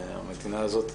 המדינה הזאת,